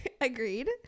Agreed